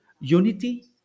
unity